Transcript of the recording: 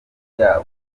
yabo